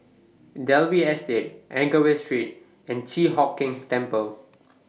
Dalvey Estate Anchorvale Street and Chi Hock Keng Temple